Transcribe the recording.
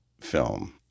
film